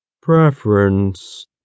Preference